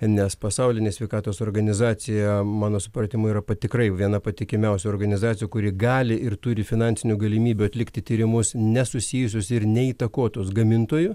nes pasaulinė sveikatos organizacija mano supratimu yra tikrai viena patikimiausių organizacijų kuri gali ir turi finansinių galimybių atlikti tyrimus nesusijusius ir ne įtakotus gamintojų